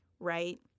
Right